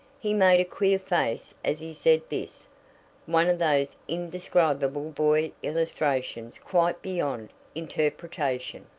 he made a queer face as he said this one of those indescribable boy illustrations quite beyond interpretation.